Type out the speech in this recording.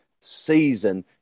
season